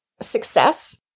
success